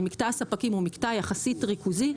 אם מקטע הספקים הוא מקטע יחסית ריכוזי,